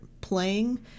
playing